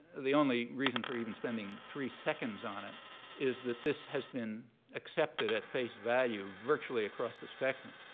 the only reason for even spending three seconds on it is that this has been accepted at face value virtually across the spectrum.